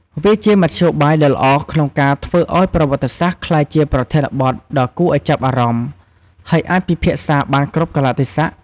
វាជាមធ្យោបាយដ៏ល្អក្នុងការធ្វើឲ្យប្រវត្តិសាស្ត្រក្លាយជាប្រធានបទដ៏គួរឲ្យចាប់អារម្មណ៍ ហើយអាចពិភាក្សាបានគ្រប់កាលៈទេសៈ។